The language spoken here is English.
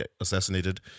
assassinated